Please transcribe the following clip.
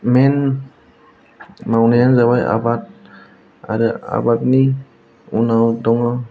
गुबै मावनायानो जाबाय आबाद आरो आबादनि उनाव दङ